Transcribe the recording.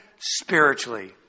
spiritually